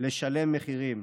לשלם מחירים.